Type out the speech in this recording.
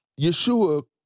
Yeshua